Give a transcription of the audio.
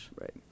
Right